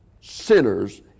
sinners